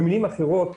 במילים אחרות,